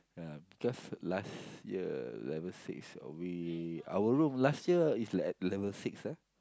ya because last year level six we our room last year is at level six ah